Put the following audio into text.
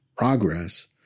progress